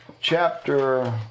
Chapter